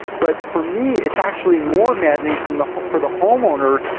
but for me it's actually more maddening from the, for the homeowner,